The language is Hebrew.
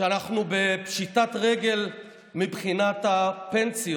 שאנחנו בפשיטת רגל מבחינת הפנסיות,